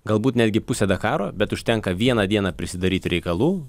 galbūt netgi pusę dakaro bet užtenka vieną dieną prisidaryti reikalų